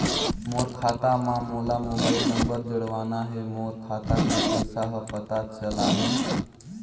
मोर खाता मां मोला मोबाइल नंबर जोड़वाना हे मोर खाता के पइसा ह पता चलाही?